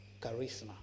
Charisma